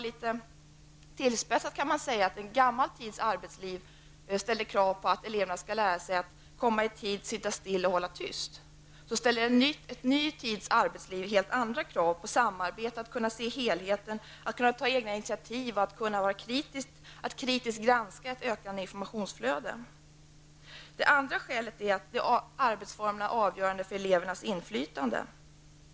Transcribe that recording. Litet tillspetsat kan man säga att om en gammal tids arbetsliv ställde krav på att eleverna skulle lära sig komma i tid, sitta still och hålla tyst, så ställer en ny tids arbetsliv helt andra krav på samarbetsförmåga, förmåga att se helheter, att ta egna initiativ och att kritiskt granska ett ökande informationsflöde. Ett annat skäl är att arbetsformerna är avgörande för elevernas inflytande.